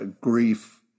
grief